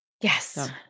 Yes